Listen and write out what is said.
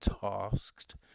tasked